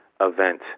event